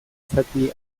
zati